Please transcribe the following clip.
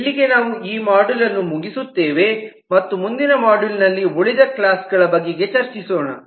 ಇಲ್ಲಿಗೆ ನಾವು ಈ ಮೊಡ್ಯೂಲ್ ಅನ್ನು ಮುಗಿಸುತ್ತೇವೆ ಮತ್ತು ಮುಂದಿನ ಮೊಡ್ಯೂಲ್ ನಲ್ಲಿ ಉಳಿದ ಕ್ಲಾಸಸ್ಗಳ ಬಗೆಗೆ ಚರ್ಚಿಸೋಣ